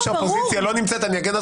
גם כשהאופוזיציה לא נמצאת אני אגן על